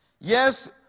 Yes